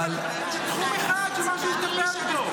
אבל תחום אחד שמשהו השתפר בו.